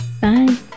Bye